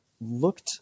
looked